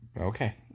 okay